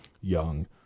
young